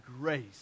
grace